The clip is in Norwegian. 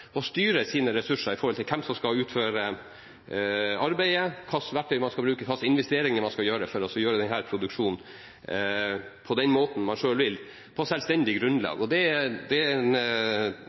sine ressurser i forhold til hvem som skal utføre arbeidet, hva slags verktøy man skal bruke, og hvilke investeringer man skal gjøre for å gjøre denne produksjonen, på den måten man selv vil, på selvstendig grunnlag. Og dét er